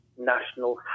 national